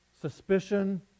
suspicion